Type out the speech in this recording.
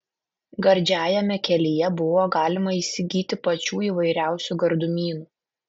gardžiajame kelyje buvo galima įsigyti pačių įvairiausių gardumynų